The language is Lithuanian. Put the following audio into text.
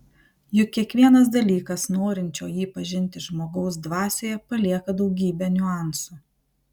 juk kiekvienas dalykas norinčio jį pažinti žmogaus dvasioje palieka daugybę niuansų